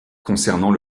concernant